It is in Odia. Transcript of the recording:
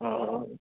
ହଉ